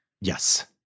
Yes